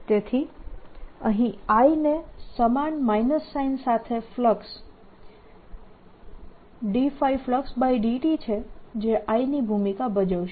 તેથી અહીં I ને સમાન માઇનસ સાઈન સાથે ફ્લક્સ ∂flux∂t છે જે I ની ભૂમિકા ભજવશે